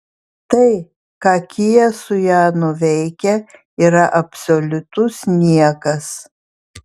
tai ką kia su ja nuveikia yra absoliutus niekas